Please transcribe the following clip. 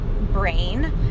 brain